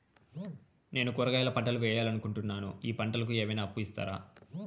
నేను కూరగాయల పంటలు వేయాలనుకుంటున్నాను, ఈ పంటలకు ఏమన్నా అప్పు ఇస్తారా?